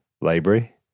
library